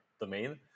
domain